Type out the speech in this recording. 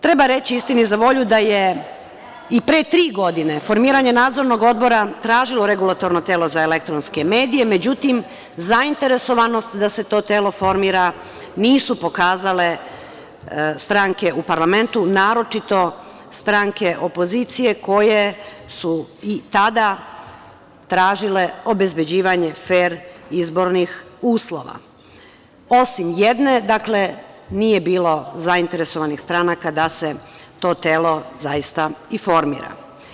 Treba reći, istini za volju, da je i pre tri godine formiranje Nadzornog odbora tražilo Regulatorno telo za elektronske medije, međutim zainteresovanost da se to telo formira nisu pokazale stranke u parlamentu, naročito stranke opozicije koje su i tada tražile obezbeđivanje fer izbornih uslova, osim jedne, dakle, nije bilo zainteresovanih stranaka da se to telo zaista i formira.